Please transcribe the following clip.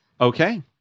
Okay